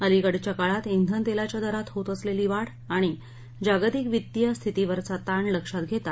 अलीकडच्या काळात इंधनतेलाच्या दरात होत असलेली वाढ आणि जागतिक वित्तीय स्थितीवरचा ताण लक्षात घेता